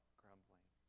grumbling